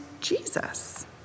Jesus